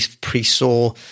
pre-saw